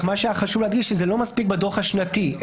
מה שחשוב להדגיש שזה לא מספיק בדוח השנתי.